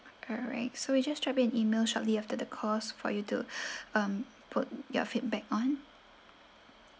alright so we just drop you an email shortly after the call for you to um put your feedback on